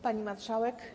Pani Marszałek!